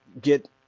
get